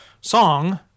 song